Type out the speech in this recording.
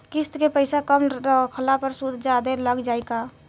किश्त के पैसा कम रखला पर सूद जादे लाग जायी का?